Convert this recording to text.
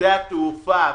שדה התעופה.